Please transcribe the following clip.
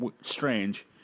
strange